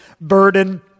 burden